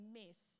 miss